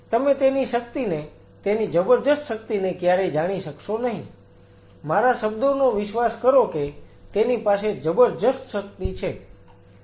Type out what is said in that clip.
તમે તેની શક્તિને તેની જબરદસ્ત શક્તિને ક્યારેય જાણી શકશો નહીં મારા શબ્દોનો વિશ્વાસ કરો કે તેની પાસે જબરદસ્ત શક્તિ છે